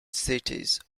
cities